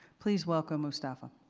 please welcome, mostafa.